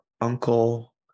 uncle